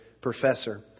professor